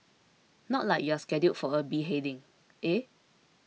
not like you're scheduled for a beheading eh